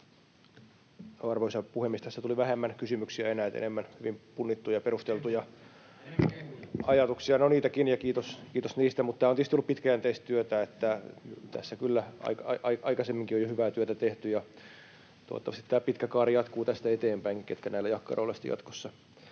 Arvoisa puhemies! Tässä tuli vähemmän kysymyksiä enää, enemmän hyvin punnittuja ja perusteltuja ajatuksia. [Eduskunnasta: Enemmän kehuja!] — No niitäkin, ja kiitos niistä. Tämä on tietysti ollut pitkäjänteistä työtä, ja tässä kyllä jo aikaisemminkin on hyvää työtä tehty. Ja toivottavasti tämä pitkä kaari jatkuu tästä eteenpäinkin, ketkä näillä jakkaroilla sitten jatkossa